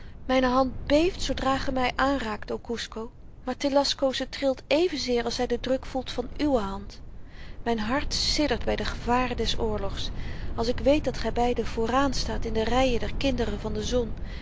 myne hand beeft zoodra gy me aanraakt o kusco maar telasco ze trilt evenzeer als zy den druk voelt van uwe hand myn hart siddert by de gevaren des oorlogs als ik weet dat gy beiden vooraan staat in de reien der kinderen van de zon